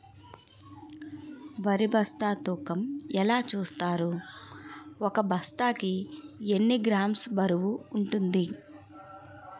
వరి బస్తా తూకం ఎలా చూస్తారు? ఒక బస్తా కి ఎన్ని కిలోగ్రామ్స్ బరువు వుంటుంది?